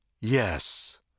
Yes